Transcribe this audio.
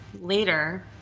later